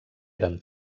eren